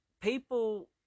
people